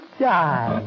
die